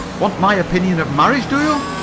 want my opinion of marriage, do you,